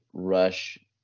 rush